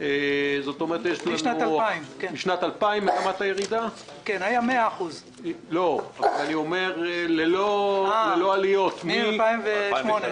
משנת 2000. היה 100%. ללא עליות מ-2009.